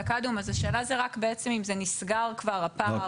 השאלה היא אם הפער הזה נסגר כבר או